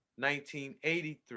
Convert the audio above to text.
1983